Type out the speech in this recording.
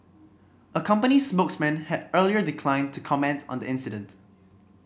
a company spokesman had earlier declined to comments on the incident